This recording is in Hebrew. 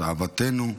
את אהבתנו,